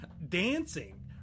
dancing